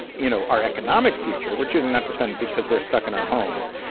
you know, our economic future. we're choosing not to spend because we're stuck in our homes.